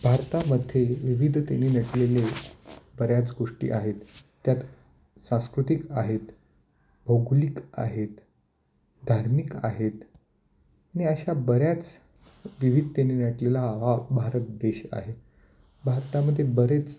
भारतामध्ये विविधतेने नटलेले बऱ्याच गोष्टी आहेत त्यात सांस्कृतिक आहेत भौगोलिक आहेत धार्मिक आहेत आणि अशा बऱ्याच विविधतेने नटलेला आ हा भारत देश आहे भारतामध्ये बरेच